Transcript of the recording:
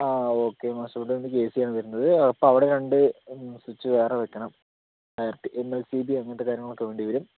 ആ okay master bed റൂമിലേക്ക് A സിയാണ് വരുന്നത് അപ്പോൾ അവിടെ രണ്ട് മൂന്ന് സ്വിച്ച് വേറെ വയ്ക്കണം direct M L C B അങ്ങനത്തെ കാര്യങ്ങൾ ഒക്കെ വേണ്ടി വരും